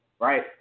right